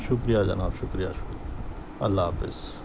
شکریہ جناب شکریہ شکریہ اللہ حافظ